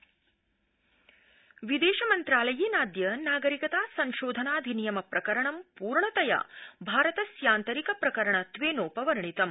विदेशमंत्रालय विदेशमन्त्रालयेनाद्य नागरिकता संशोधनाधिनियम प्रकरणम् पूर्णतया भारतस्यान्तरिक प्रकरणत्वेनोपवर्णितम्